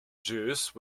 juice